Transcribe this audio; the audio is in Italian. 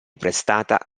prestata